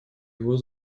его